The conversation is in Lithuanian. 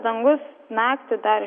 dangus naktį dar